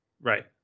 Right